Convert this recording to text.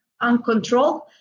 uncontrolled